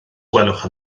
gwelwch